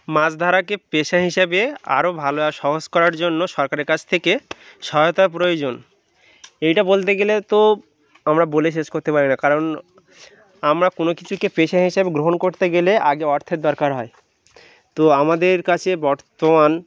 মাছ ধরাকে পেশা হিসাবে আরও ভালো আর সহজ করার জন্য সরকারের কাছ থেকে সহায়তা প্রয়োজন এইটা বলতে গেলে তো আমরা বলে শেষ করতে পারি না কারণ আমরা কোনও কিছুকে পেশা হিসেবে গ্রহণ করতে গেলে আগে অর্থের দরকার হয় তো আমাদের কাছে বর্তমান